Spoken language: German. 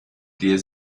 der